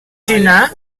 cina